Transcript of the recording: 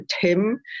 Tim